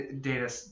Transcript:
Data